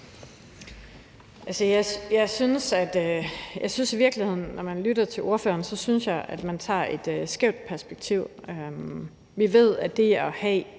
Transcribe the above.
virkeligheden, når man lytter til ordføreren, at der tages et skævt perspektiv. Vi ved, at det at have